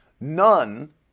none